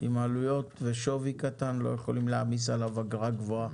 עם עלויות ושווי קטן לא יכולים להעמיס עליו אגרה גבוהה.